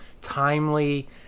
timely